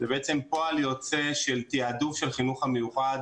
בעצם פועל יוצא של תעדוף החינוך המיוחד